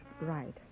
right